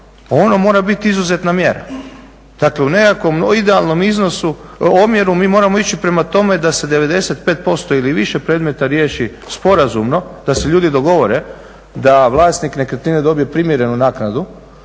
ono mora biti izuzetna mjera. Dakle, u nekakvom idealnom iznosu, omjeru mi moramo ići prema tome da se 95% ili više predmeta riješi sporazumno, da se ljudi dogovore da vlasnik nekretnine dobije primjerenu naknadu.